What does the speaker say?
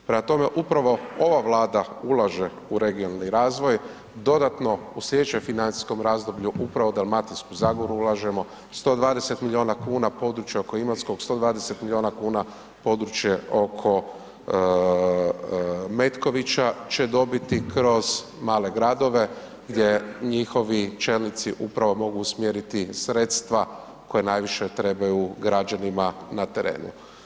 Prema tome, upravo ova Vlada ulaže u regionalni razvoj, dodatno u slijedećem financijskom razdoblju upravo u Dalmatinsku zagoru ulažemo, 120 milijuna kuna područje oko Imotskog, 120 milijuna kuna područje oko Metkovića će dobiti kroz male gradove gdje njihovi čelnici upravo mogu usmjeriti sredstva koja najviše trebaju građanima na terenu.